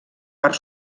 part